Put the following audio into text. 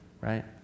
right